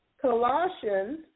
Colossians